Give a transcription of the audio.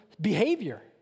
behavior